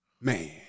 man